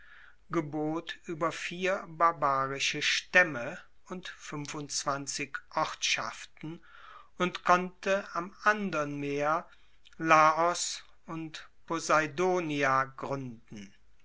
gebot ueber vier barbarische staemme und fuenfundzwanzig ortschaften und konnte am andern meer laos und poseidonia gruenden